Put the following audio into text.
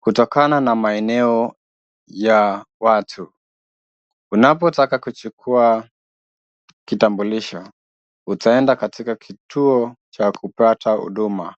kutokana na maeneo ya watu. Unapotaka kuchukua kitambulisho, utaenda katika kituo cha kupata huduma.